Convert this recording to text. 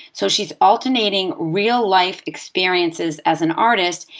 so she's alternating real life experiences as an artist,